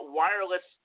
wireless